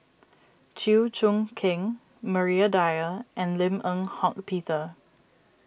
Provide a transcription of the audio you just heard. Chew Choo Keng Maria Dyer and Lim Eng Hock Peter